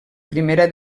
primera